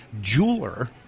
jeweler